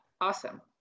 awesome